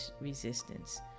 resistance